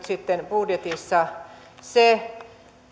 sitten arvioitu budjetissa se